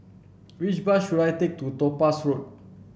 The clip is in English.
which bus should I take to Topaz Road